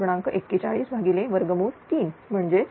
41 भागिले 3 म्हणजेच 13